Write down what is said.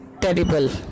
terrible